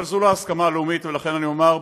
אבל זו לא ההסכמה הלאומית, ולכן אני אומר,